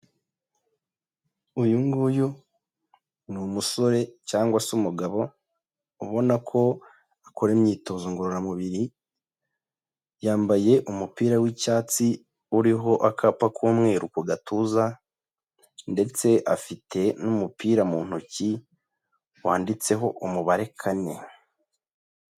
Uyu nguyu ni umusore cyangwa se umugabo ubona ko akora imyitozo ngororamubiri, yambaye umupira w'icyatsi uriho akapa k'umweru ku gatuza, ndetse afite n'umupira mu ntoki wanditseho umubare kane.